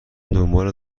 دنبال